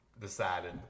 decided